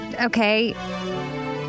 Okay